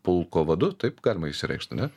pulko vadu taip galima išsireikšt ane